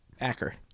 Acker